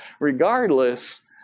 regardless